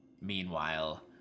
meanwhile